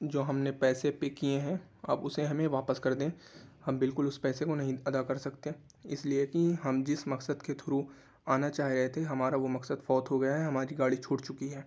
جو ہم نے پیسے پے کیے ہیں آپ اسے ہمیں واپس کر دیں ہم بالکل اس پیسے کو نہیں ادا کر سکتے اس لیے کہ ہم جس مقصد کے تھرو آنا چاہ رہے تھے ہمارا وہ مقصد فوت ہو گیا ہے ہماری گاڑی چھوٹ چکی ہے